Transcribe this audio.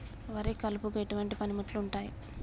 వరి కలుపుకు ఎటువంటి పనిముట్లు ఉంటాయి?